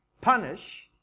punish